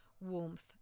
warmth